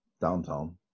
downtown